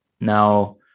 Now